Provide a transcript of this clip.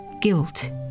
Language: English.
guilt